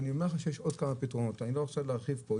יש עוד כמה פתרונות, אני לא רוצה להרחיב פה.